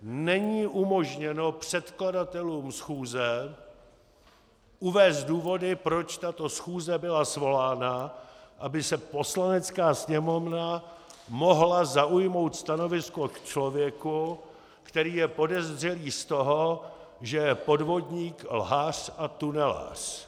Není umožněno předkladatelům schůze uvést důvody, proč tato schůze byla svolána, aby Poslanecká sněmovna mohla zaujmout stanovisko k člověku, který je podezřelý z toho, že je podvodník, lhář a tunelář.